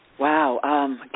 Wow